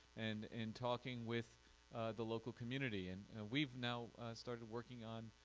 and in talking with the local community and we've now started working on